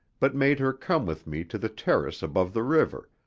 but made her come with me to the terrace above the river,